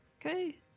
Okay